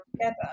together